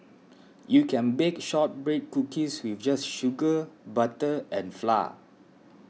you can bake Shortbread Cookies with just sugar butter and flour